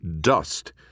dust